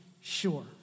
sure